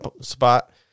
spot –